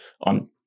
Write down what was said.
on